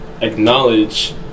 acknowledge